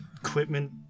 equipment